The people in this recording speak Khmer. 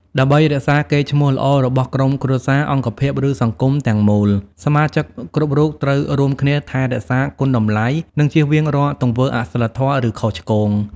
ដើម្បីរក្សាកេរ្តិ៍ឈ្មោះល្អរបស់ក្រុមគ្រួសារ អង្គភាព ឬសង្គមទាំងមូល សមាជិកគ្រប់រូបត្រូវរួមគ្នា ថែរក្សាគុណតម្លៃ និងជៀសវាងរាល់ទង្វើអសីលធម៌ ឬខុសឆ្គង។